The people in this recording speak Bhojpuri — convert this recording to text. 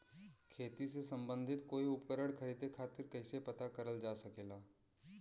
खेती से सम्बन्धित कोई उपकरण खरीदे खातीर कइसे पता करल जा सकेला?